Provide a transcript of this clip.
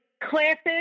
classic